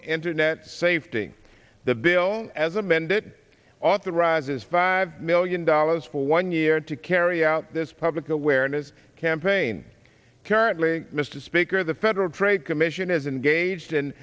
internet safety the bill as amended authorizes five million dollars for one year to carry out this public awareness campaign currently mr speaker the federal trade commission is engaged